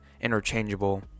interchangeable